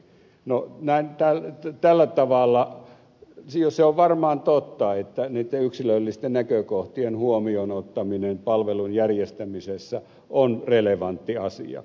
no näin täytetty tällä tavalla jos se on varmaan totta että niitten yksilöllisten näkökohtien huomioon ottaminen palvelun järjestämisessä on relevantti asia